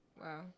Wow